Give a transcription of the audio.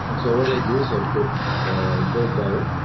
and so what i do is i put goat butter,